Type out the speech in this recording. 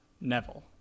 Neville